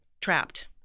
trapped